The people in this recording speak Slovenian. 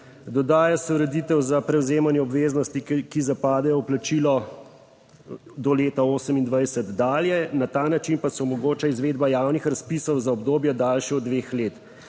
Dodaja se ureditev za prevzemanje obveznosti, ki zapadejo v plačilo do leta 2028 dalje. Na ta način pa se omogoča izvedba javnih razpisov za obdobje daljše od dveh let,